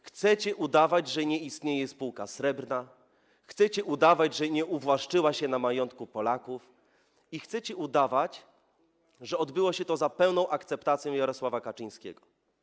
Chcecie udawać, że nie istnieje spółka Srebrna, chcecie udawać, że nie uwłaszczyła się na majątku Polaków, i chcecie udawać, że odbyło się to za pełną akceptacją Jarosława Kaczyńskiego.